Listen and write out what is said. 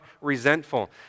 resentful